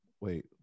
wait